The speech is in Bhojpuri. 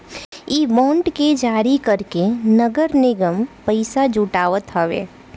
इ बांड के जारी करके नगर निगम पईसा जुटावत हवे